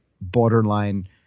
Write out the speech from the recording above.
borderline